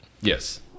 Yes